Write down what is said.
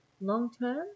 long-term